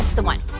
the one